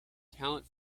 talent